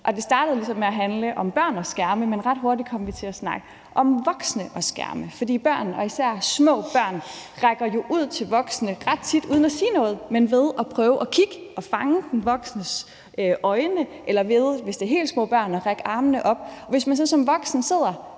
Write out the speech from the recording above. Det startede med at handle om børn og skærme, men ret hurtigt kom vi til at snakke om voksne og skærme. For børn og især små børn rækker jo ret tit ud til voksne uden at sige noget, men ved at prøve at kigge og fange de voksnes øjne, eller ved, hvis det er helt små børn, at række armene op. Og hvis man så som voksen sidder